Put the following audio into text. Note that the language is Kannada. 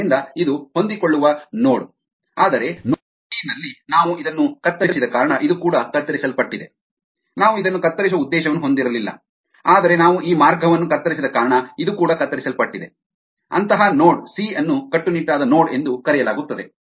ಆದ್ದರಿಂದ ಇದು ಹೊಂದಿಕೊಳ್ಳುವ ನೋಡ್ ಆದರೆ ನೋಡ್ ಸಿ ನಲ್ಲಿ ನಾವು ಇದನ್ನು ಕತ್ತರಿಸಿದ ಕಾರಣ ಇದು ಕೂಡ ಕತ್ತರಿಸಲ್ಪಟ್ಟಿದೆ ನಾವು ಇದನ್ನು ಕತ್ತರಿಸುವ ಉದ್ದೇಶವನ್ನು ಹೊಂದಿರಲಿಲ್ಲ ಆದರೆ ನಾವು ಈ ಮಾರ್ಗವನ್ನು ಕತ್ತರಿಸಿದ ಕಾರಣ ಇದು ಕೂಡ ಕತ್ತರಿಸಲ್ಪಟ್ಟಿದೆ ಅಂತಹ ನೋಡ್ ಸಿ ಅನ್ನು ಕಟ್ಟುನಿಟ್ಟಾದ ನೋಡ್ ಎಂದು ಕರೆಯಲಾಗುತ್ತದೆ